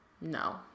No